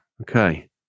Okay